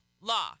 law